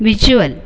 visual